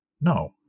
No